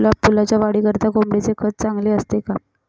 गुलाब फुलाच्या वाढीकरिता कोंबडीचे खत चांगले असते का?